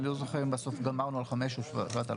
אני לא זוכר אם בסוף גמרנו על 5,000 או 7,000,